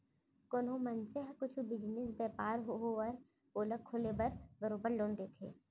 कोनो मनसे ह कुछु बिजनेस, बयपार होवय ओला खोले बर बरोबर लोन लेथे